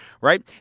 right